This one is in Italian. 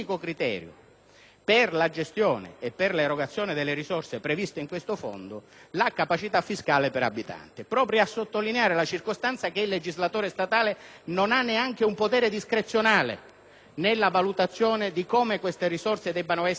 per la gestione e l'erogazione delle risorse previste in questo fondo, la capacità fiscale per abitante, proprio a sottolineare la circostanza che il legislatore statale non ha neanche un potere discrezionale nella valutazione delle modalità con cui destinare